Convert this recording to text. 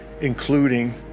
including